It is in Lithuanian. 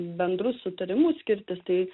bendru sutarimu skirtis tai